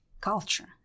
culture